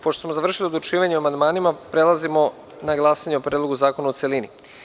Pošto smo završili odlučivanje o amandmanima, pristupamo glasanju o Predlogu zakona u celini.